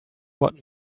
what